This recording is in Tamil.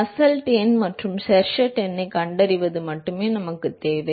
நஸ்ஸெல்ட் எண் மற்றும் ஷெர்வுட் எண்ணைக் கண்டறிவது மட்டுமே நமக்குத் தேவை